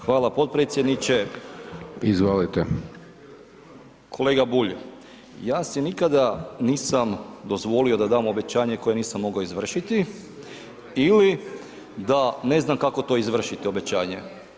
Hvala potpredsjedniče [[Upadica Dončić: Izvolite.]] Kolega Bulj, ja si nikada nisam dozvolio da dam obećanje koje nisam mogao izvršiti ili da ne znam kako to izvršiti obećanje.